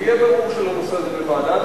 יהיה בירור של הנושא הזה בוועדה.